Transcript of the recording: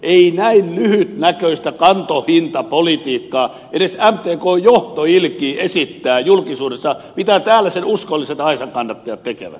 ei näin lyhytnäköistä kantohintapolitiikkaa edes mtkn johto ilkeä esittää julkisuudessa mitä täällä sen uskolliset aisankannattajat tekevät